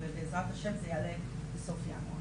ובע"ה זה יעלה בסוף ינואר.